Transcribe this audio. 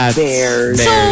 bears